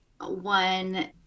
one